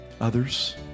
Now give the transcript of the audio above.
Others